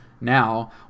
now